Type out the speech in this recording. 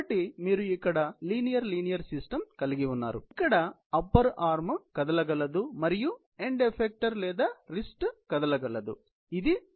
కాబట్టి మీరు ఇక్కడ లీనియర్ లీనియర్ సిస్టం కలిగి ఉన్నారు ఇక్కడ అప్పర్ ఆర్మ్ కదలగలదు మరియు ఎండ్ ఎఫెక్టెర్ లేదా రిస్ట్ కదలగలదు సరే